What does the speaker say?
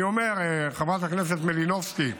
אני אומר, חברת הכנסת מלינובסקי,